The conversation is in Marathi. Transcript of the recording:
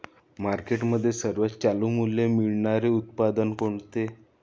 मार्केटमध्ये सर्वात चालू मूल्य मिळणारे उत्पादन कोणते?